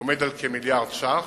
עומד על כמיליארד ש"ח.